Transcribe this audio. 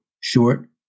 short